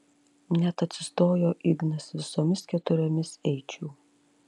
net atsistojo ignas visomis keturiomis eičiau